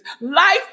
life